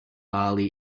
bali